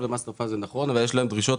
ו-master file אבל יש להן דרישות